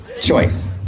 Choice